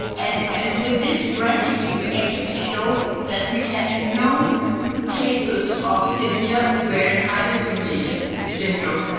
and and with this strategy we actually showed that we had no cases of severe ovarian hyperstimulation syndrome,